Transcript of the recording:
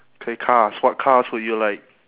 okay cars what cars would you like